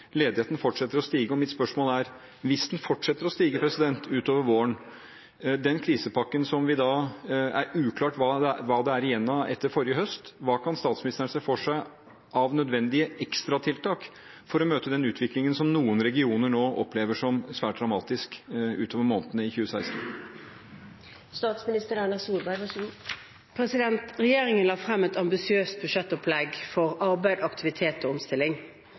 ledigheten fortsetter å stige, og mitt spørsmål er: Hvis den fortsetter å stige utover våren – det er uklart hva som er igjen av krisepakken etter forrige høst – hva kan statsministeren se for seg av nødvendige ekstratiltak for å møte den utviklingen som noen regioner nå opplever som svært dramatisk, i månedene utover i 2016? Regjeringen la frem et ambisiøst budsjettopplegg for arbeid, aktivitet og omstilling.